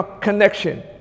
connection